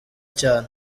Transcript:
cyane